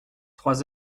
trois